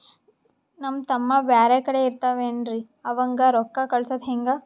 ನಮ್ ತಮ್ಮ ಬ್ಯಾರೆ ಕಡೆ ಇರತಾವೇನ್ರಿ ಅವಂಗ ರೋಕ್ಕ ಕಳಸದ ಹೆಂಗ?